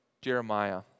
Jeremiah